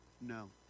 no